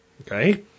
Okay